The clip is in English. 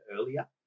earlier